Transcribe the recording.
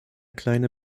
kleine